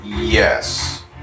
Yes